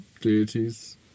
deities